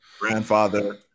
grandfather